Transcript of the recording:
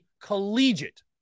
collegiate